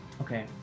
Okay